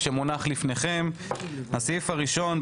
הסעיף הראשון,